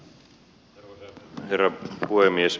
arvoisa herra puhemies